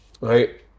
right